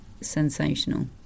sensational